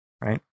right